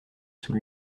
sous